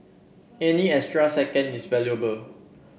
any extra second is valuable